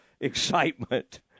excitement